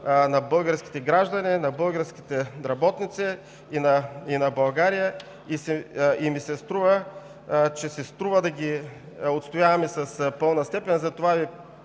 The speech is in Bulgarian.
на българските граждани, на българските работници и на България. Струва си да ги отстояваме с пълна степен, затова Ви